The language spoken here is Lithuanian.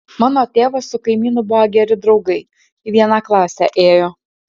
mano tėvas su kaimynu buvo geri draugai į vieną klasę ėjo